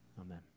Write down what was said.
Amen